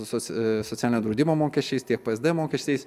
visos socialinio draudimo mokesčiais tiek psd mokesčiais